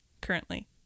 currently